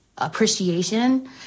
appreciation